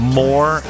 more